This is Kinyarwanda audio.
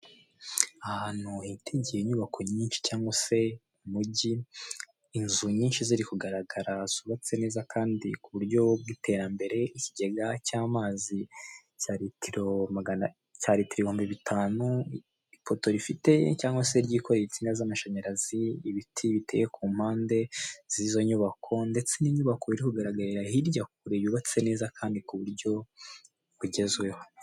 Ahantu hitegeye inyubako nyinshi cyangwa se umujyi, inzu nyinshi ziri kugaragara zubatse neza kandi ku buryo bw'iterambere ikigega cy'amazi cya litiro ibihumbi bitanu, ipoto rifite cyangwa se ryikoreye insinga z'amashanyarazi, ibiti biteye ku mpande z'izo nyubako ndetse n'inyubako iri kugaragarira hirya kure yubatse neza kandi ku buryo bugezweho.